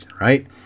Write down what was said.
right